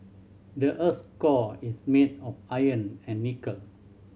the earth's core is made of iron and nickel